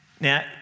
Now